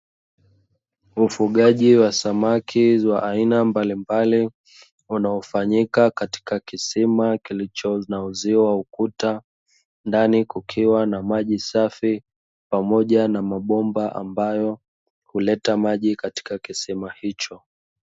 Ufugaji wa samaki wa aina mbalimbali wanaofanyika katika kisima kilicho na uzio wa ukuta, ndani kukiwa na maji safi pamoja na mabomba ambayo huleta maji katika kisima hicho.